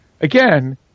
again